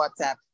WhatsApp